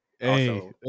Hey